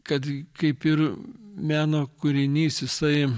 kad kaip ir meno kūrinys jisai